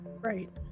Right